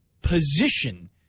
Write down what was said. position